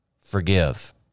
forgive